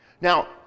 Now